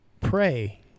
Pray